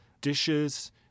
dishes